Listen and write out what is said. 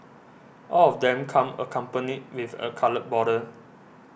all of them come accompanied with a coloured border